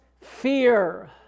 fear